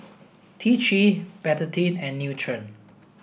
T three Betadine and Nutren